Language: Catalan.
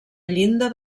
llinda